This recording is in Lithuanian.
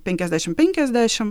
penkiasdešim penkiasdešim